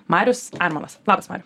marius armonas labas mariau